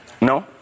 No